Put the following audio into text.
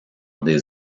des